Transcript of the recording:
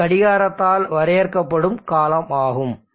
இது கடிகாரத்தால் வரையறுக்கப்படும் காலம் ஆகும்